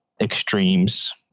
extremes